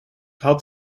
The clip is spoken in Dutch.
had